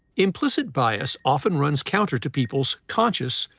implicit bias often runs counter to people's conscious,